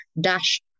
dash